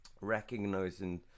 recognizing